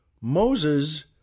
Moses